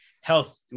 health